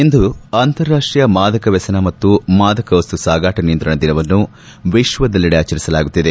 ಇಂದು ಅಂತಾರಾಷ್ಟೀಯ ಮಾದಕ ವ್ಯಸನ ಮತ್ತು ಮಾದಕವಸ್ತು ಸಾಗಾಟ ನಿಯಂತ್ರಣ ದಿನವನ್ನು ವಿಶ್ವದಲ್ಲೆಡೆ ಆಚರಿಸಲಾಗುತ್ತಿದೆ